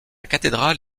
cathédrale